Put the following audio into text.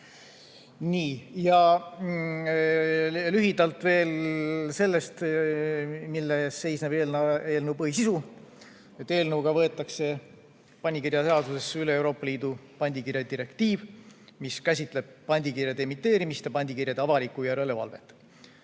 Lühidalt veel sellest, milles seisneb eelnõu põhisisu. Eelnõuga võetakse pandikirjaseadusesse üle Euroopa Liidu pandikirjadirektiiv, mis käsitleb pandikirjade emiteerimist ja pandikirjade avalikku järelevalvet.